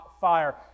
fire